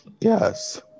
Yes